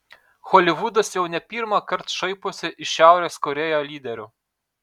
holivudas jau ne pirmąkart šaiposi iš šiaurės korėjo lyderių